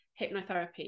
Hypnotherapy